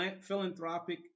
philanthropic